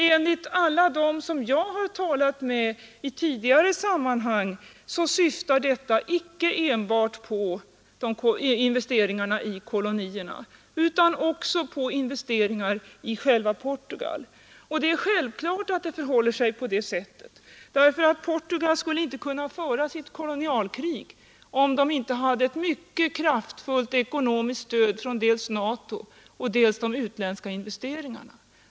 Enligt alla dem jag talat med i tidigare sammanhang syftar detta icke enbart på investeringarna i kolonierna utan också på investeringar i själva Portugal. Det är självklart att det förhåller sig på det sättet. Portugal skulle inte kunna föra sitt kolonialkrig om det inte hade ett mycket kraftfullt ekonomiskt stöd från dels NATO och dels utländska investeringar.